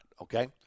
okay